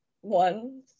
one